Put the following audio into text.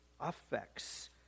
affects